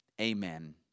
Amen